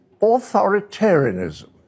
authoritarianism